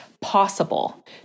possible